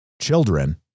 children